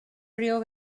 río